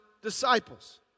disciples